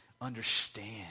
understand